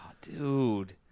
Dude